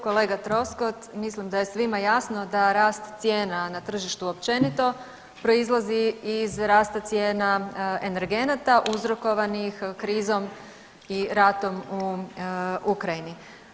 Kolega Troskot, mislim da je svima jasno da rast cijena na tržištu općenito proizlazi iz rasta cijena energenata uzrokovanih krizom i ratom u Ukrajini.